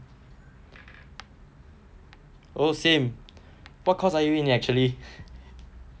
oh same what course are you in actually